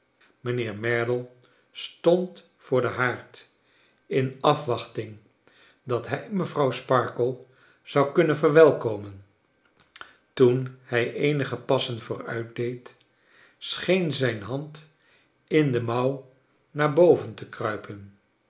mijnheer merdle stond voor den haard in afwachting dat hij mevrouw sparkler zou kunnen verwelkomen toen hij eenige passen vooruit deed s cheen z ij n hand in de jxlouw naar boven te kruipen